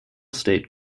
state